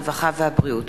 הרווחה והבריאות.